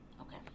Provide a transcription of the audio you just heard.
okay